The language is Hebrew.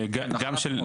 אוקיי, נכון.